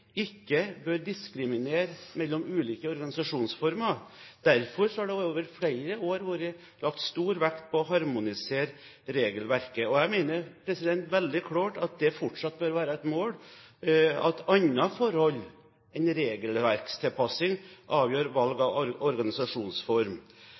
ikke bør diskriminere mellom ulike organisasjonsformer. Derfor har det over flere år vært lagt stor vekt på å harmonisere regelverket, og jeg mener veldig klart at det fortsatt bør være et mål at andre forhold enn regelverkstilpasning avgjør valg